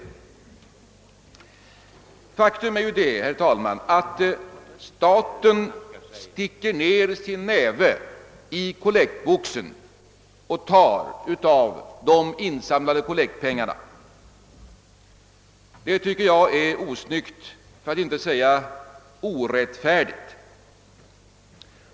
Faktum är ju, herr talman, att staten sticker ned sin näve i kollektboxen och tar av de insamlade kollektpengarna. Det tycker jag är osnyggt för att inte säga orättfärdigt.